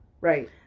Right